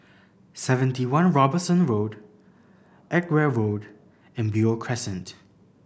Seventy One Robinson Road Edgware Road and Beo Crescent